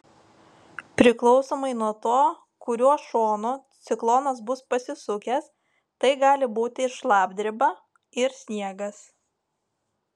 priklausomai nuo to kuriuo šonu ciklonas bus pasisukęs tai gali būti ir šlapdriba ir sniegas